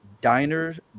Diners